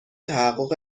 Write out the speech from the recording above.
تحقق